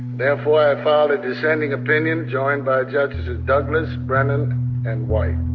therefore, i filed a dissenting opinion, joined by judges ah douglas, brennan and white